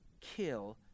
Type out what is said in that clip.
kill